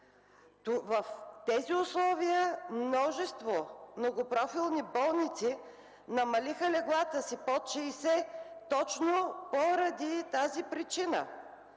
В тези условия множество многопрофилни болници намалиха леглата си под 60 точно поради тази причина